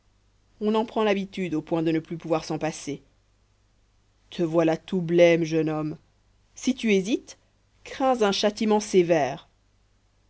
on en prend l'habitude au point de ne plus pouvoir s'en passer te voilà tout blême jeune homme si tu hésites crains un châtiment sévère